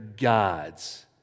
gods